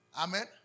Amen